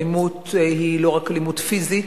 אלימות היא לא רק אלימות פיזית,